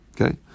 Okay